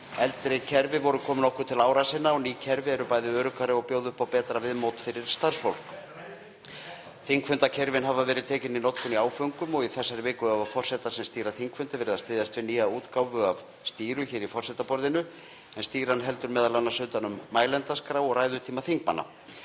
Eldri kerfi voru komin nokkuð til ára sinna og ný kerfi eru bæði öruggari og bjóða upp á betra viðmót fyrir starfsfólk. Þingfundakerfin hafa verið tekin í notkun í áföngum og í þessari viku hafa forsetar sem stýra þingfundi verið að styðjast við nýja útgáfu af Stýru hér í forsetaborðinu en Stýran heldur m.a. utan um mælendaskrá og ræðutíma þingmanna.